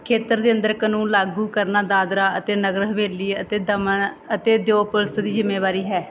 ਖੇਤਰ ਦੇ ਅੰਦਰ ਕਾਨੂੰਨ ਲਾਗੂ ਕਰਨਾ ਦਾਦਰਾ ਅਤੇ ਨਗਰ ਹਵੇਲੀ ਅਤੇ ਦਮਨ ਅਤੇ ਦਿਊ ਪੁਲਿਸ ਦੀ ਜ਼ਿੰਮੇਵਾਰੀ ਹੈ